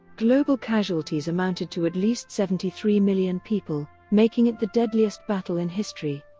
global casualties amounted to at least seventy three million people, making it the deadliest battle in history.